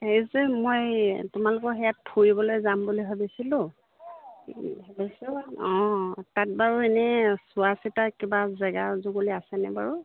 হেৰি যে মই তোমালোকৰ সেয়াত ফুৰিবলৈ যাম বুলি ভাবিছিলোঁ ভাবিছোঁ অঁ তাত বাৰু এনেই চোৱা চিতা কিবা জেগা জোগোলি আছেনে বাৰু